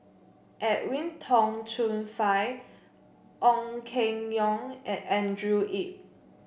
Edwin Tong Chun Fai Ong Keng Yong and Andrew Yip